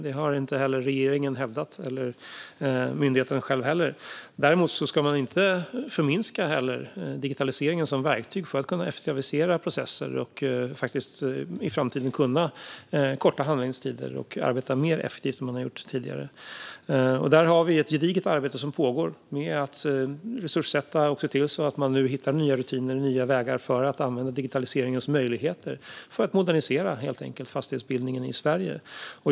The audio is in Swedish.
Det har inte heller regeringen eller myndigheten själv hävdat. Däremot ska man inte förminska digitaliseringen som verktyg för att kunna effektivisera och i framtiden korta handläggningstider och arbeta effektivare än tidigare. Där har vi ett gediget arbete som pågår med att resurssätta och se till att man hittar nya rutiner och nya vägar att använda digitaliseringens möjligheter för att modernisera fastighetsbildningen i Sverige.